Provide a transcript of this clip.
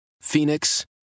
Phoenix